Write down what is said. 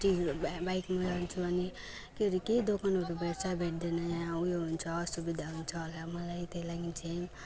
चि बाइ बाइकमा जान्छु अनि के अरे केही दोकानहरू भेट्छ भेट्दैन ऊ यो हुन्छ सुविधा हुन्छ र मलाई त्यही लागि चाहिँ